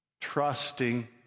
trusting